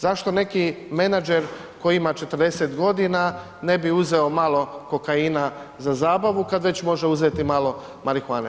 Zašto neki menadžer koji ima 40.g. ne bi uzeo malo kokaina za zabavu kad već može uzeti malo marihuane?